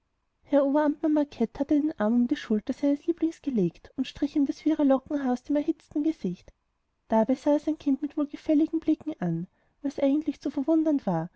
herr oberamtmann macket hatte den arm um die schulter seines lieblings gelegt und strich ihm das wirre lockenhaar aus dem erhitzten gesicht dabei sah er sein kind mit wohlgefälligen blicken an was eigentlich zu verwundern war